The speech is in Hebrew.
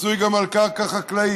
מצוי גם על קרקע חקלאית.